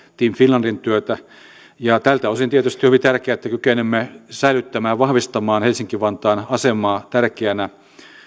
team finlandin työtä tältä osin tietysti on hyvin tärkeää että kykenemme säilyttämään ja vahvistamaan helsinki vantaan asemaa tärkeänä